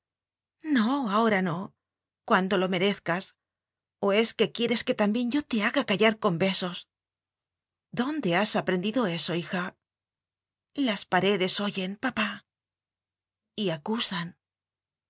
no ahora no cuando lo merezcas o es que quieres que también yo te haga callar con besos dónde has aprendido eso hija las paredes oyen papá y acusan